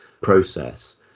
process